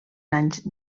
anys